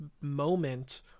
moment